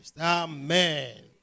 Amen